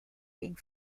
being